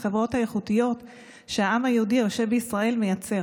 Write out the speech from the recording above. ביושרה ובשקיפות ולהביא לידי ביטוי את ערכיי,